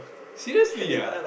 seriously ah